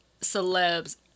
celebs